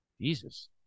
Jesus